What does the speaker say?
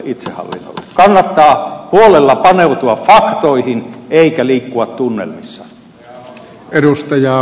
kannattaa huolella paneutua faktoihin eikä liikkua tunnelmissa